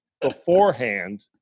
beforehand